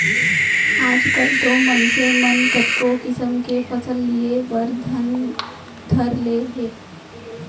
आजकाल तो मनसे मन कतको किसम के फसल लिये बर धर ले हें